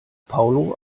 paulo